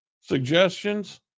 suggestions